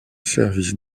service